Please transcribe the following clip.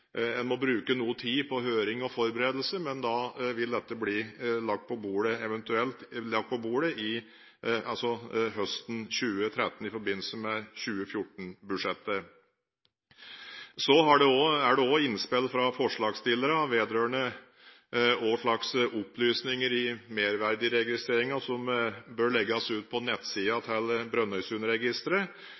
en må bruke noe tid på høring og forberedelse, men da vil dette eventuelt bli lagt på bordet høsten 2013 i forbindelse med 2014-budsjettet. Så er det også innspill fra forslagsstillerne vedrørende hva slags opplysninger i merverdiregistreringen som bør legges ut på nettsiden til